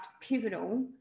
pivotal